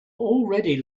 already